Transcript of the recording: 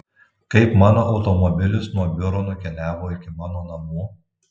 kaip mano automobilis nuo biuro nukeliavo iki mano namų